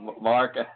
Mark